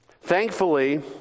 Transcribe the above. Thankfully